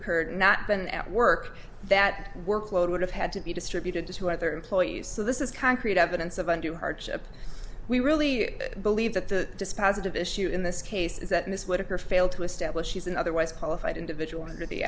occurred not been at work that workload would have had to be distributed to other employees so this is concrete evidence of undue hardship we really believe that the dispositive issue in this case is that miss whittaker failed to establish she's an otherwise qualified individual under the